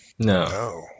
No